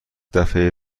دفعه